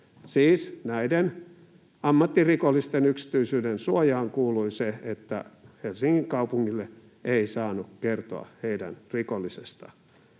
Siis näiden ammattirikollisten yksityisyydensuojaan kuului se, että Helsingin kaupungille ei saanut kertoa heidän rikollisesta